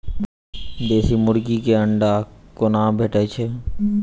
देसी मुर्गी केँ अंडा कोना भेटय छै?